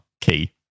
Key